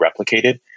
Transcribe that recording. replicated